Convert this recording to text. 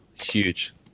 Huge